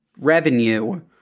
revenue